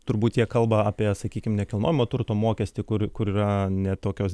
turbūt jie kalba apie sakykim nekilnojamojo turto mokestį kur kur yra ne tokios